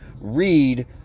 read